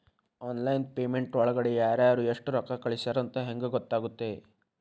Online payment ಒಳಗಡೆ ಯಾರ್ಯಾರು ಎಷ್ಟು ರೊಕ್ಕ ಕಳಿಸ್ಯಾರ ಅಂತ ಹೆಂಗ್ ಗೊತ್ತಾಗುತ್ತೆ?